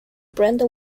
brenda